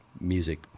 music